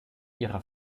ihrer